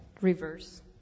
reverse